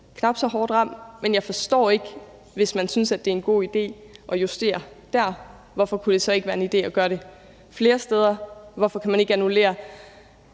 knap så hårdt ramt. Men jeg forstår ikke, hvorfor det, hvis man synes, at det er en god idé at justere der, så ikke kunne være en idé at gøre det flere steder, og hvorfor man ikke kan annullere